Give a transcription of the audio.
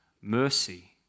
mercy